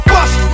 Bust